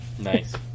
Nice